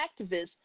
activists